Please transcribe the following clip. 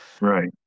Right